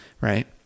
Right